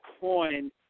coin